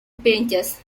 princess